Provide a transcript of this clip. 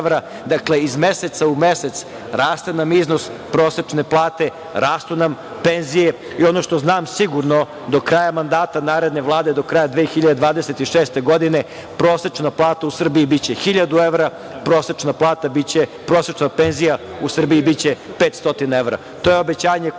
Dakle, iz meseca u mesec nam raste iznos prosečne plate, rastu nam penzije. Ono što znam sigurno, do kraja mandata naredne Vlade, do kraja 2026. godine prosečna plata u Srbiji biće 1.000 evra, prosečna penzija u Srbiji biće 500 evra.